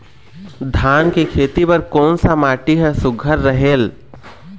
धान के खेती बर कोन सा माटी हर सुघ्घर रहेल?